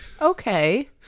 Okay